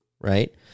right